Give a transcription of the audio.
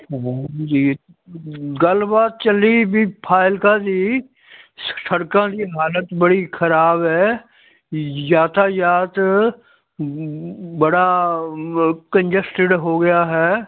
ਹਾਂਜੀ ਗੱਲਬਾਤ ਚੱਲੀ ਵੀ ਫਾਜ਼ਿਲਕਾ ਦੀ ਸ ਸੜਕਾਂ ਦੀ ਹਾਲਤ ਬੜੀ ਖਰਾਬ ਹੈ ਯਾਤਾਯਾਤ ਬੜਾ ਕੰਜਸਟਿਡ ਹੋ ਗਿਆ ਹੈ